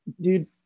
dude